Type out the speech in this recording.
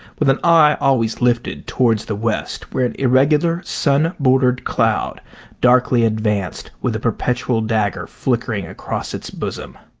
with an eye always lifted toward the west where an irregular sun-bordered cloud darkly advanced with a perpetual dagger flickering across its bosom.